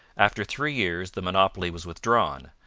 after three years the monopoly was withdrawn,